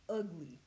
ugly